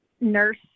nurse